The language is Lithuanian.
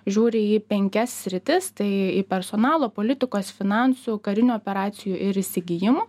žiūri į penkias sritis tai į personalo politikos finansų karinių operacijų ir įsigijimų